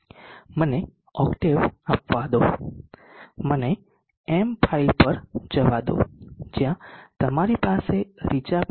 મને ઓક્ટેવ આપવા દો મને M ફાઇલ પર જવા દો જ્યાં તમારી પાસે રીચાબિલિટી